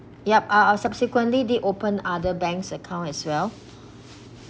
yup I'll I'll subsequently did open other banks account as well